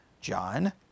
John